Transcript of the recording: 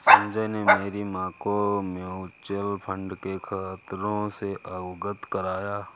संजय ने मेरी मां को म्यूचुअल फंड के खतरों से अवगत कराया